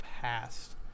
past